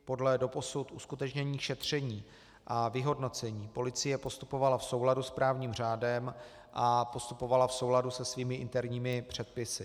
Podle doposud uskutečněných šetření a vyhodnocení policie postupovala v souladu s právním řádem a postupovala v souladu se svými interními předpisy.